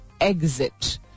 exit